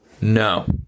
No